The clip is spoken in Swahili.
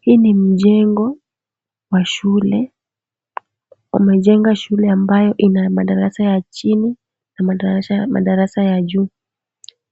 Hii ni mjengo wa shule. Wamejenga shule ambayo ina madarasa ya chini na madarasa ya juu.